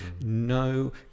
No